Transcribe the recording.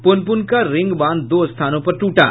पुनपुन का रिंगबांध दो स्थानों पर टूटा